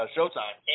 Showtime